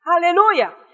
Hallelujah